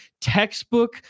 textbook